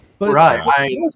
Right